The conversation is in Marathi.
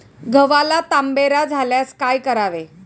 गव्हाला तांबेरा झाल्यास काय करावे?